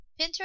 Pinterest